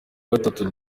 gatatu